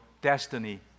destiny